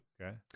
Okay